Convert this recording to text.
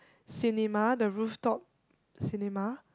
cinema the roof top cinema